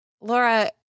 Laura